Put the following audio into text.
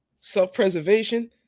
Self-preservation